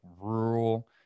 rural